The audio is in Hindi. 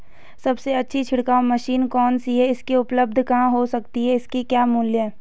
सबसे अच्छी छिड़काव मशीन कौन सी है इसकी उपलधता कहाँ हो सकती है इसके क्या मूल्य हैं?